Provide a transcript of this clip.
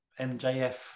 MJF